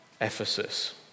Ephesus